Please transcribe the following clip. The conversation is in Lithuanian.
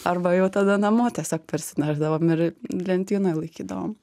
arba jau tada namo tiesiog parsinešdavom ir lentynoj laikydavom